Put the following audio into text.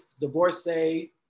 divorcee